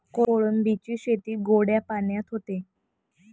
कोळंबीची शेती गोड्या पाण्यात होते